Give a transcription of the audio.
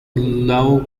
low